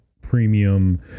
premium